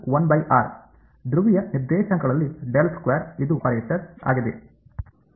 ಧ್ರುವೀಯ ನಿರ್ದೇಶಾಂಕಗಳಲ್ಲಿ ಇದು ಆಪರೇಟರ್ ಆಗಿದೆ